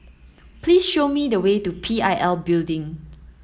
please show me the way to P I L Building